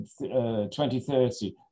2030